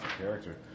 Character